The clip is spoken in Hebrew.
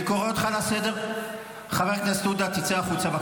להוריד את חבר הכנסת כסיף מהדוכן.